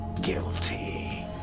guilty